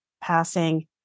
passing